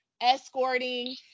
escorting